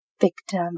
victim